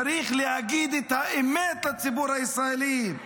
צריך להגיד את האמת לציבור הישראלי,